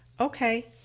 okay